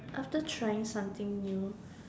after trying something new